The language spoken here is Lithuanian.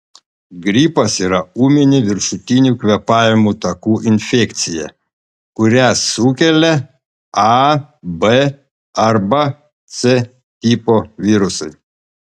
gripas yra ūminė viršutinių kvėpavimo takų infekcija kurią sukelia a b arba c tipo virusai